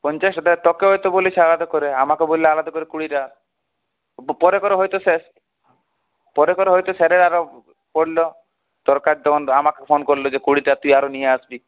পঞ্চাশটা তোকে হয়তো বলেছে আলাদা করে আমাকে বলল আলাদা করে কুড়িটা পরে করে হয়তো স্যার পরে করে হয়তো স্যারের আরও পড়ল দরকার তখন আমাকে ফোন করল যে কুড়িটা তুই আরও নিয়ে আসবি